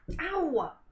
Ow